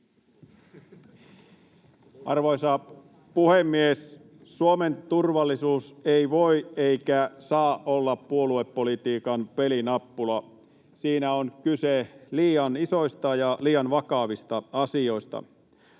Arvoisa puhemies! Suomen turvallisuus ei voi eikä saa olla puoluepolitiikan pelinappula. Siinä on kyse liian isoista ja liian vakavista asioista.